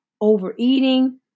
overeating